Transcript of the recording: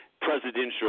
Presidential